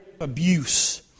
abuse